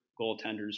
goaltenders